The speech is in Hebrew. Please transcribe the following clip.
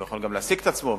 הוא גם יכול להעסיק את עצמו,